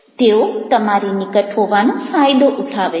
તેઓ તમારી નિકટ હોવાનો ફાયદો ઉઠાવે છે